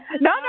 No